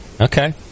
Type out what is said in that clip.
Okay